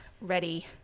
ready